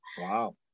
Wow